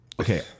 Okay